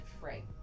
Right